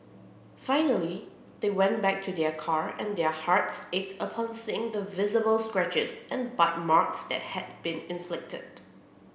finally they went back to their car and their hearts ached upon seeing the visible scratches and bite marks that had been inflicted